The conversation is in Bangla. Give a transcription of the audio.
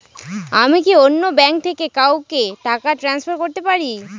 আমি কি অন্য ব্যাঙ্ক থেকে কাউকে টাকা ট্রান্সফার করতে পারি?